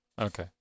Okay